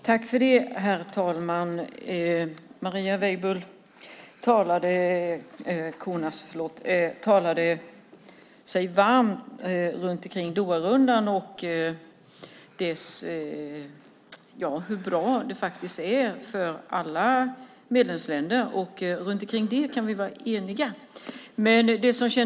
Herr talman! Marie Weibull Kornias talade sig varm för Doharundan och hur bra den är för alla medlemsländer. Detta kan vi vara eniga om.